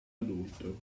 adulto